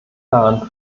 daran